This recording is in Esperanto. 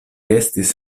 estis